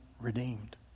redeemed